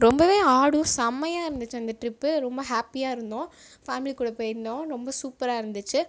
ரொம்பவே ஆடும் செம்மையாக இருந்துச்சு அந்த ட்ரிப்பு ரொம்ப ஹேப்பியாக இருந்தோம் ஃபேமிலி கூட போயிருந்தோம் ரொம்ப சூப்பராக இருந்துச்சு